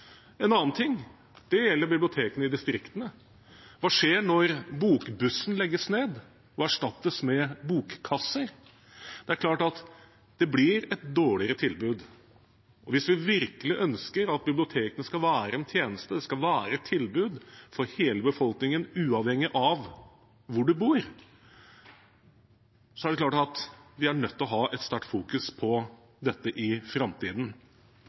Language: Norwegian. En annen ting gjelder bibliotekene i distriktene. Hva skjer når bokbussen legges ned og erstattes av bokkasser? Det er klart at det da blir et dårligere tilbud. Hvis vi virkelig ønsker at bibliotekene skal være en tjeneste og et tilbud for hele befolkningen, uavhengig av hvor man bor, er vi nødt til å fokusere sterkt på dette i framtiden.